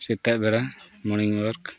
ᱥᱮᱛᱟᱜ ᱵᱮᱲᱟ ᱢᱚᱨᱱᱤᱝ ᱳᱣᱟᱠ